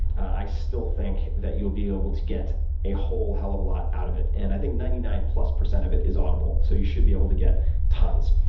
i still think you'll be able to get a whole hell of a lot out of it. and i think ninety nine plus percent of it is audible, so you should be able to get tons.